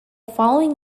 following